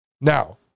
now